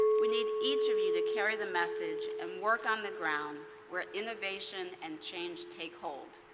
we need each of you to carry the message and work on the ground where innovation and change take hold.